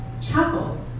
chapel